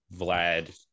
Vlad